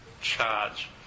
charge